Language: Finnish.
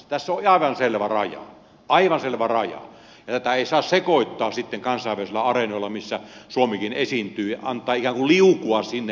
tässä on aivan selvä raja aivan selvä raja ja tätä ei saa sekoittaa sitten kansainvälisillä areenoilla missä suomikin esiintyy antaa ikään kuin liukua sinne päin siihen ilmavalvonnan suuntaan